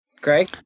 Greg